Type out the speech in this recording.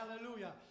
Hallelujah